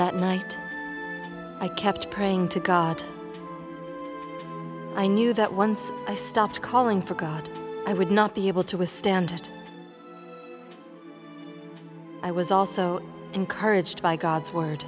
that night i kept praying to god i knew that once i stopped calling for god i would not be able to withstand it i was also encouraged by god's word